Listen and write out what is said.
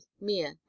Mia